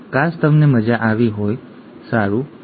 કાશ તમને મજા આવી હોત તો સારું થાત